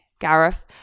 Gareth